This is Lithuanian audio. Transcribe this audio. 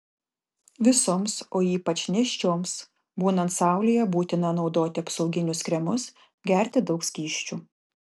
visoms o ypač nėščioms būnant saulėje būtina naudoti apsauginius kremus gerti daug skysčių